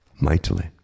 Mightily